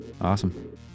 awesome